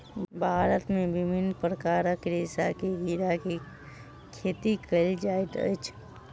भारत मे विभिन्न प्रकारक रेशम के कीड़ा के खेती कयल जाइत अछि